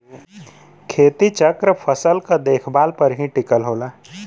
खेती चक्र फसल क देखभाल पर ही टिकल होला